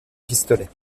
pistolet